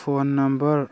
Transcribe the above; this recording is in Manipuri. phone number